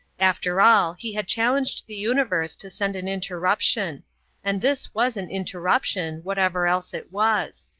after all, he had challenged the universe to send an interruption and this was an interruption, whatever else it was.